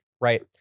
right